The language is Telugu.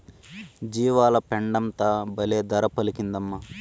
జీవాల పెండంతా బల్లే ధర పలికిందమ్మా